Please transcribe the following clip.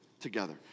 together